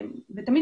תמיד,